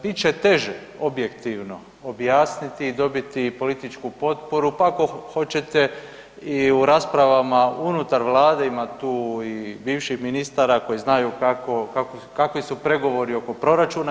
Bit će teže objektivno objasniti i dobiti političku potporu, pa ako hoćete i u raspravama unutar Vlade ima tu i bivših ministara koji znaju kakvi su pregovori oko proračuna.